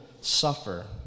suffer